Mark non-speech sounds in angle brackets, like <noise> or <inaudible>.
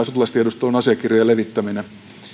<unintelligible> sotilastiedustelun asiakirjojen levittäminen